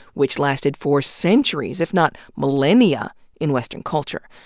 which lasted for centuries if not millennia in western culture.